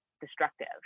destructive